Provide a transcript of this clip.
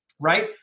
right